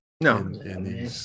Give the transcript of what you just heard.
No